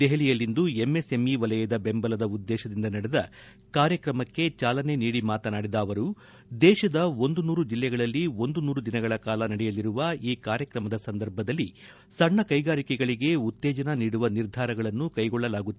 ದೆಹಲಿಯಲ್ಲಿಂದು ಎಂಎಸ್ಎಂಇ ವಲಯದ ಬೆಂಬಲದ ಉದ್ದೇಶದಿಂದ ನಡೆದ ಕಾರ್ಯಕ್ರಮಕ್ಕೆ ಚಾಲನೆ ನೀಡಿ ಮಾತನಾಡಿದ ಅವರು ದೇಶದ ಒಂದು ನೂರು ಜಿಲ್ಲೆಗಳಲ್ಲಿ ಒಂದು ನೂರು ದಿನಗಳ ಕಾಲ ನಡೆಯಲಿರುವ ಈ ಕಾರ್ಯಕ್ರಮದ ಸಂದರ್ಭದಲ್ಲಿ ಸಣ್ಣ ಕೈಗಾರಿಕೆಗಳಗೆ ಉತ್ತೇಜನ ನೀಡುವ ನಿರ್ಧಾರಗಳನ್ನು ಕೈಗೊಳ್ಳಲಾಗುತ್ತಿದೆ